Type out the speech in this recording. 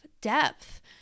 depth